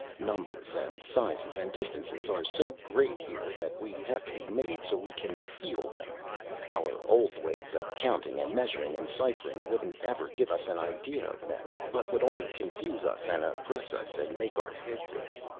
numbers and sizes and distances are so great, here, that we have to be made so we can feel them our old ways of counting and measuring and ciphering wouldn't ever give us an idea of them, but would only confuse us and oppress us and make our heads ache.